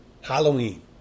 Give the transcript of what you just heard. Halloween